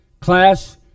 class